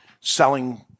selling